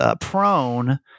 prone